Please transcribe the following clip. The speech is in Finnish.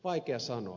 vaikea sanoa